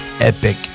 epic